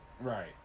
Right